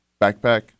backpack